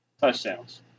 touchdowns